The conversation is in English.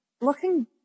Looking